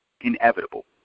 inevitable